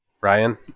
Ryan